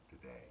today